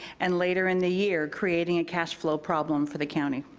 and later in the year, creating a cash flow problem for the county.